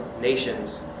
nations